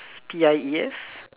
P I E S